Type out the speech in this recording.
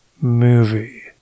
movie